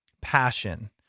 passion